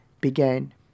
began